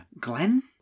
Glenn